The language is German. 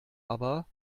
aber